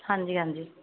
ਹਾਂਜੀ ਹਾਂਜੀ